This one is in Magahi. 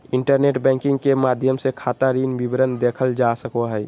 इंटरनेट बैंकिंग के माध्यम से खाता ऋण विवरण देखल जा सको हइ